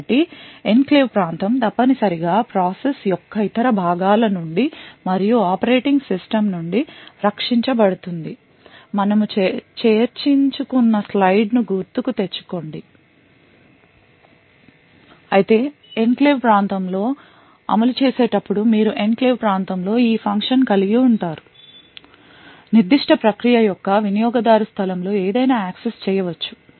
కాబట్టి ఎన్క్లేవ్ ప్రాంతం తప్పనిసరిగా ప్రాసెస్ యొక్క ఇతర భాగాల నుండి మరియు ఆపరేటింగ్ సిస్టమ్ నుండి రక్షించబడుతుందని మనము చేర్చించుకున్న స్లయిడ్ ను గుర్తు కు తెచ్చుకోండి అయితే ఎన్క్లేవ్ ప్రాంతం లో అమలు చేసేటప్పుడు మీరు ఎన్క్లేవ్ ప్రాంతం లో ఈ ఫంక్షన్ కలిగి ఉంటారు నిర్దిష్ట ప్రక్రియ యొక్క వినియోగదారు స్థలం లో ఏదైనా యాక్సెస్ చేయ వచ్చు